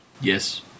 Yes